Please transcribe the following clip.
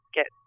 get